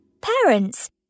Parents